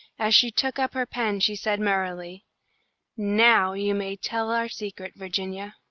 as she took up her pen she said, merrily now you may tell our secret, virginia.